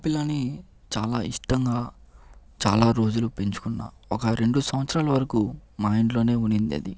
కుక్క పిల్లని చాలా ఇష్టంగా చాలా రోజులు పెంచుకున్న ఒక రెండు సంవత్సరాల వరకు మా ఇంట్లోనే ఉండిందది